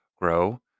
grow